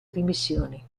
dimissioni